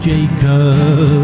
Jacob